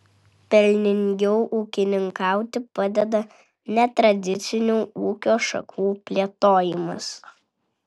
pelningiau ūkininkauti padeda netradicinių ūkio šakų plėtojimas